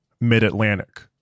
mid-atlantic